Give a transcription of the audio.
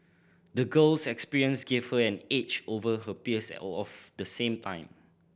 the girl's experience gave her an edge over her peers of the same time